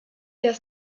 das